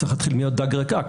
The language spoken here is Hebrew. מלהיות דג רקק.